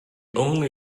only